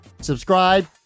Subscribe